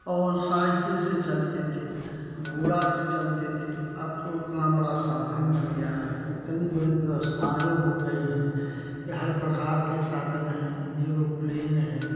और साइकिल से चलते थे घोड़े चलते थे अब तो इतना बड़ा साधन बन गया है इतनी बड़ी व्यवस्थाएँ हो गई हैं हर प्रकार के साधन हैं ऐरोप्लेन है